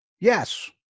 Yes